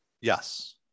Yes